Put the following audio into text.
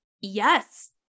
yes